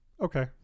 okay